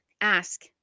ask